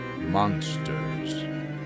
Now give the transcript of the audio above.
Monsters